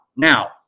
Now